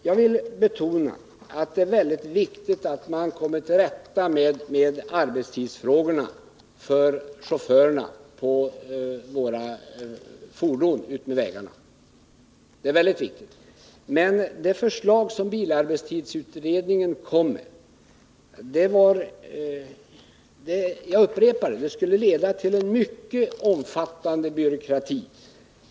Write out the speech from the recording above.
Det är emellertid väldigt viktigt att man kommer till rätta med arbetstidsfrågorna för yrkeschaufförerna. Det förslag som bilarbetstidsutredningen lagt fram skulle — jag upprepar det —- om det förverkligades leda till en mycket omfattande byråkrati.